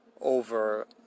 over